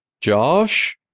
Josh